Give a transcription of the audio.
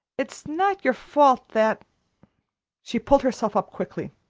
it's not your fault that she pulled herself up quickly.